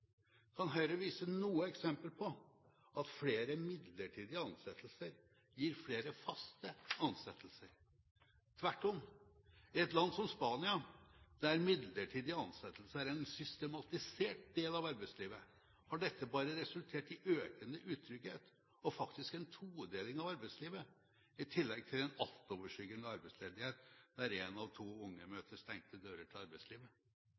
Kan Høyre vise til noen eksempler på at flere midlertidige ansettelser gir flere faste ansettelser? Tvert om, i et land som Spania, der midlertidige ansettelser er en systematisert del av arbeidslivet, har dette bare resultert i økende utrygghet og faktisk en todeling av arbeidslivet, i tillegg til en altoverskyggende arbeidsledighet, der én av to unge møter stengte dører til arbeidslivet.